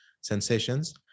sensations